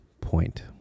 point